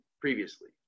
previously